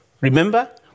remember